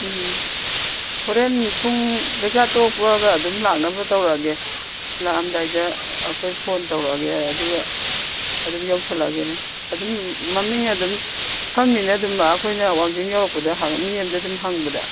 ꯎꯝ ꯍꯣꯔꯦꯟ ꯄꯨꯡ ꯆꯥꯛꯆꯥ ꯇꯣꯛꯄꯒ ꯑꯗꯨꯝ ꯂꯥꯛꯅꯕ ꯇꯧꯔꯛꯑꯒꯦ ꯂꯥꯛꯑꯝꯗꯥꯏꯗ ꯑꯩꯈꯣꯏ ꯐꯣꯟ ꯇꯧꯔꯛꯑꯒꯦ ꯑꯗꯨꯒ ꯑꯗꯨꯝ ꯌꯧꯁꯜꯂꯛꯑꯒꯦꯅꯦ ꯑꯗꯨꯝ ꯃꯃꯤꯡ ꯑꯗꯨꯝ ꯈꯪꯅꯤꯅꯦ ꯑꯗꯨꯝ ꯑꯩꯈꯣꯏꯅ ꯋꯥꯡꯖꯤꯡ ꯌꯧꯔꯛꯄꯗ ꯃꯤ ꯑꯃꯗ ꯑꯗꯨꯝ ꯍꯪꯕꯗ